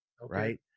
right